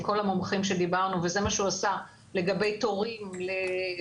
עם כל המומחים שדיברנו וזה מה שהוא עשה לגבי תורים ובקופות,